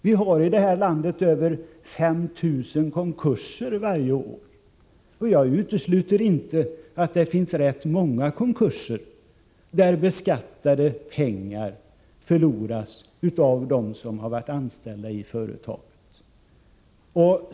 Vi har varje år i vårt land över 5 000 konkurser; och jag utesluter inte att det i rätt många av dem förekommer att beskattade pengar förloras av f. d. anställda i företaget i fråga.